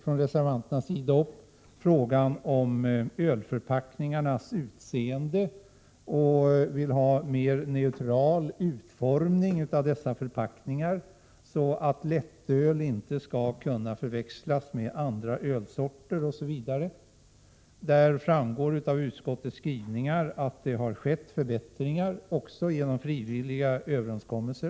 Reservanterna tar också upp frågan om ölförpackningarnas utseende och vill ha en mer neutral utformning av dessa förpackningar, så att lättöl inte kan förväxlas med andra ölsorter osv. Det framgår av utskottets skrivningar att förbättringar har skett också genom frivilliga överenskommelser.